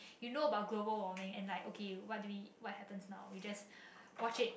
you know about global warming and like okay what do we what happens now we just watch it